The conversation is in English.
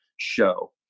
show